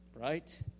right